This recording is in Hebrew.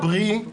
את תתגברי.